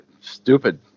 stupid